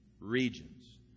Regions